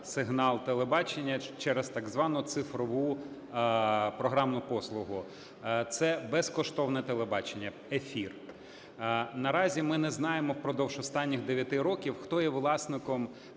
сигнал телебачення через так звану цифрову програмну послугу, це безкоштовне телебачення, ефір. Наразі ми не знаємо впродовж останніх 9 років, хто є власником